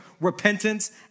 repentance